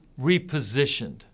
repositioned